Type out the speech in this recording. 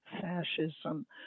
fascism